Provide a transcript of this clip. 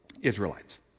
Israelites